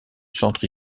centre